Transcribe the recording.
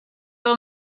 will